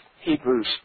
Hebrews